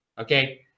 Okay